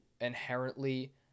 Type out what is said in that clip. inherently